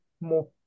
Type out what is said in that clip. more